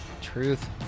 Truth